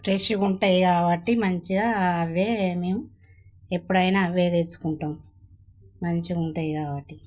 ఫ్రెష్గా ఉంటాయి కాబట్టి మంచిగా అవే మేము ఎప్పుడైనా అవే తెచ్చుకుంటాం మంచిగా ఉంటాయి కాబట్టి